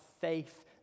faith